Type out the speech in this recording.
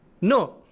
no